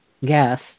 Yes